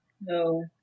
no